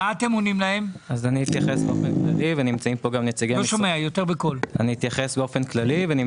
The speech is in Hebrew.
אתייחס באופן כללי, ויש